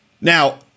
Now